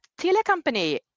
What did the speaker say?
TeleCompany